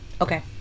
Okay